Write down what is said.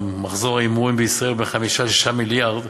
מחזור ההימורים בישראל הוא בין 5 ל-6 מיליארד.